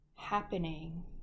happening